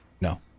No